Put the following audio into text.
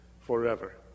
forever